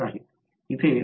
तर हा फरक आहे